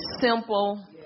simple